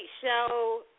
show